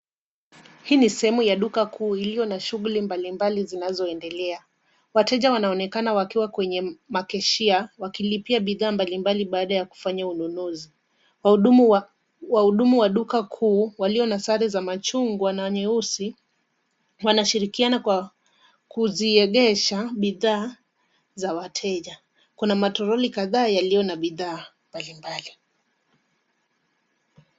Hii ni sehemu ya duka kuu iliyo na shughuli mbalimbali zinazoendelea. Wateja wanaonekana wakiwa kwenye makeshia wakilipia bidhaa mbalimbali baada ya kufanya ununuzi. Wahudumu wa duka kuu walio na sare za machungwa na nyeusi wanashirikiana kwa kuziegesha bidhaa za wateja. Kuna matoroli kadhaa yaliyo na bidhaa mbalimbali.